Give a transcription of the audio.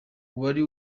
wari